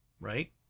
right